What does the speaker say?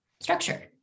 structure